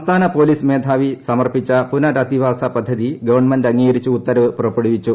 സംസ്ഥാന പോലീസ് മേധാവി സമർപ്പിച്ച പുനരധിവുള്ളൂർ പദ്ധതി ഗവൺമെന്റ് അംഗീകരിച്ച് ഉത്തരവ് പുർപ്പെടുവിച്ചു